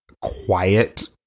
quiet